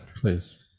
Please